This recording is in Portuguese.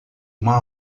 uma